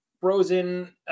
frozen